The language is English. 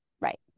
Right